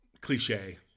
cliche